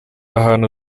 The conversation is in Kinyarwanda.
ahantu